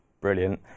brilliant